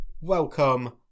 Welcome